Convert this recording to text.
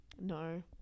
No